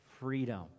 freedom